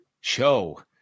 show